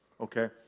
Okay